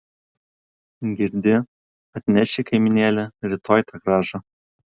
girdi atneši kaimynėle rytoj tą grąžą